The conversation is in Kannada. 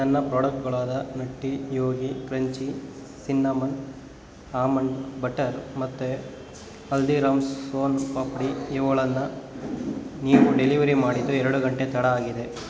ನನ್ನ ಪ್ರಾಡಕ್ಟ್ಗಳಾದ Nutty Yogi crunchy cinnamon almond butter ಮತ್ತು ಹಲ್ದೀರಾಮ್ಸ್ ಸೋನ್ಪಾಪ್ಡಿ ಇವುಗಳನ್ನ ನೀವು ಡೆಲಿವರಿ ಮಾಡಿದ್ದು ಎರಡು ಗಂಟೆ ತಡ ಆಗಿದೆ